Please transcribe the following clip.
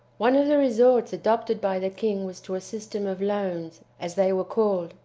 one of the resorts adopted by the king was to a system of loans, as they were called,